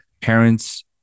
parents